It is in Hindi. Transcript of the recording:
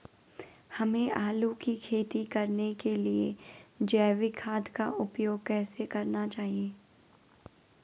हमें आलू की खेती करने के लिए जैविक खाद का उपयोग कैसे करना चाहिए?